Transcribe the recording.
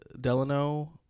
Delano